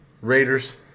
Raiders